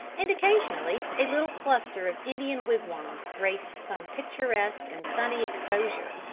and occasionally a little cluster of indian wigwams graced some picturesque and sunny exposure,